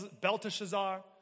Belteshazzar